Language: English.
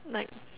like